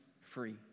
free